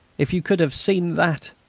if you could have seen that!